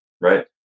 right